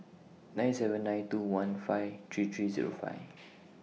nine seven nine two one five three three Zero five